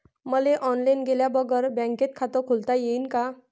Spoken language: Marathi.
मले ऑनलाईन गेल्या बगर बँकेत खात खोलता येईन का?